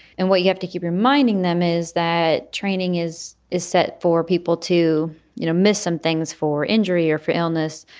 and what you have to keep reminding them is that training is is set for people to you know miss some things for injury or for illness.